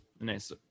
nice